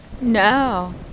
No